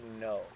no